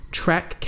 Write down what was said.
track